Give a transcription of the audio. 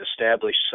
established